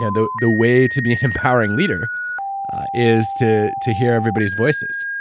and the the way to be an empowering leader is to to hear everybody's voices.